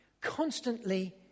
constantly